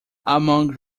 among